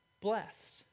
blessed